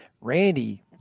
Randy